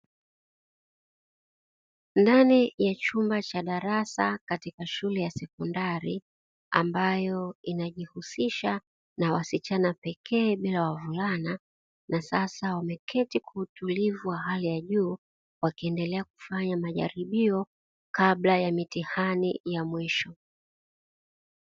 Ndani ya chumba cha darasa katika shule ya sekondari ambayo inajihusisha na wasichana pekee bila wavulana, na sasa wameketi kwa utulivu wa hali ya juu wakiendelea kufanya majaribio kabla ya mitihani ya mwisho.